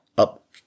up